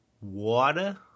water